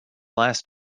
last